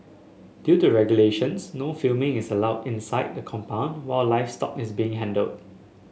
due to regulations no filming is allowed inside the compound while livestock is being handled